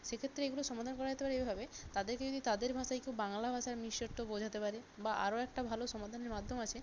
সেক্ষেত্রে এগুলো সমাধান করা যেতে পারে এইভাবে তাদেরকে যদি তাদের ভাষায় কেউ বাংলা ভাষার মিষ্টত্ব বোঝাতে পারে বা আরো একটা ভালো সমাধানের মাধ্যম আছে